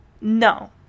No